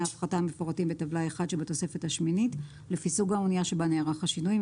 ההפחתה המפורטים בטבלה 1 שבתוספת השמינית לפי סוג האנייה שבה נערך השינוי,